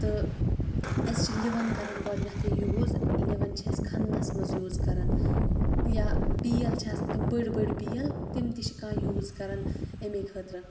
تہٕ اَسہِ چھِ لِوَن کَران گۄڈٕنٮ۪تھٕے یوٗز لِوَن چھِ أسۍ کھَنٛنَس منٛز یوٗز کَران یا بیل چھِ آسان تِم بٔڈۍ بٔڈۍ بیل تِم تہِ چھِ کانٛہہ یوٗز کَران اَمے خٲطرٕ